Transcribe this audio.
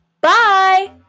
bye